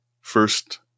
first